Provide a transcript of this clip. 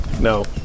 No